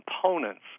components